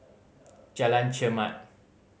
Jalan Chermat